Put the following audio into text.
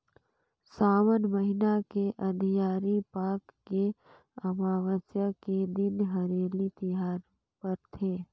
सावन महिना के अंधियारी पाख के अमावस्या के दिन हरेली तिहार परथे